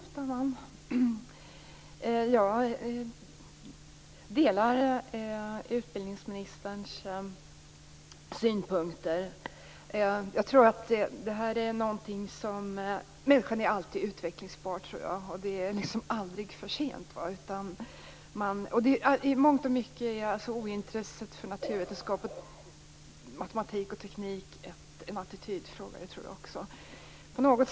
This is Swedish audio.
Fru talman! Jag delar utbildningsministerns synpunkter. Jag tror att människan alltid är utvecklingsbar. Det är aldrig för sent. Jag tror också att ointresset för naturvetenskap, matematik och teknik i mångt och mycket är en attitydfråga.